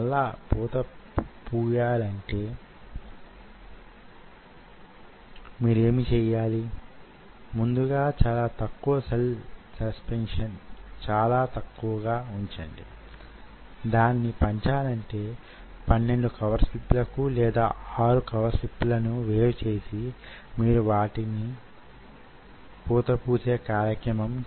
ఆ సాంకేతికత పేరు కాంటిలివర్ల యొక్క మైక్రో ఫ్యాబ్రికేషన్ కండరాల వల్ల ఉత్పన్నమయ్యే శక్తిని కొలవడానికి కాంటీలివర్లను వాడటం